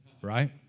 Right